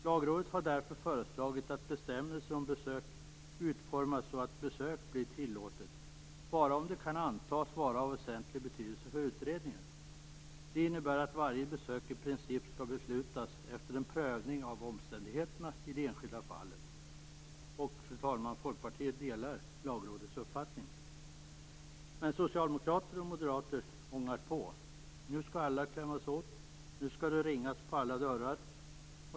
Lagrådet har därför föreslagit att bestämmelsen om besök utformas så att besök blir tillåtet bara om det kan antas vara av väsentlig betydelse för utredningen. Det innebär att det i princip skall fattas beslut om varje beslut efter en prövning av omständigheterna i det enskilda fallet. Fru talman! Folkpartiet delar Lagrådets uppfattning. Socialdemokrater och moderater ångar dock på. Nu skall alla klämmas åt, och nu skall det ringas på allas dörrar.